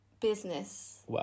business